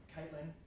Caitlin